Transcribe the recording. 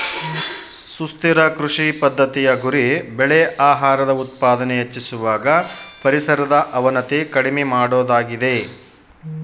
ಸುಸ್ಥಿರ ಕೃಷಿ ಪದ್ದತಿಯ ಗುರಿ ಬೆಳೆ ಆಹಾರದ ಉತ್ಪಾದನೆ ಹೆಚ್ಚಿಸುವಾಗ ಪರಿಸರದ ಅವನತಿ ಕಡಿಮೆ ಮಾಡೋದಾಗಿದೆ